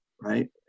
right